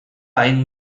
hain